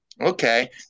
Okay